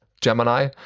Gemini